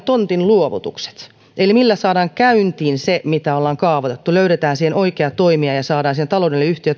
tontinluovutukset eli millä saadaan käyntiin se mitä ollaan kaavoitettu löydetään siihen oikea toimija ja saadaan taloudellinen